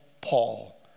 Paul